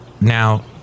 Now